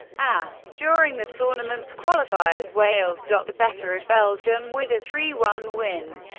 as during the tournament's qualifiers, wales got the better of belgium, with a three one win.